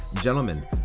Gentlemen